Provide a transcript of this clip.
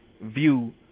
view